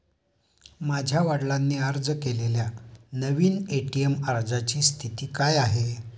माझ्या वडिलांनी अर्ज केलेल्या नवीन ए.टी.एम अर्जाची स्थिती काय आहे?